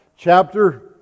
chapter